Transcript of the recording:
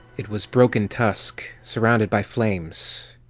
it was broken tusk, surrounded by flames.